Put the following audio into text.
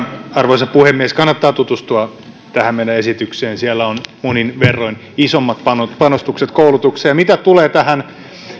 arvoisa puhemies kannattaa tutustua tähän meidän esitykseemme siellä on monin verroin isommat panostukset koulutukseen mitä tulee tähän